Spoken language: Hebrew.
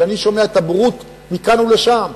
כשאני שומע את הבורות מכאן ולשם,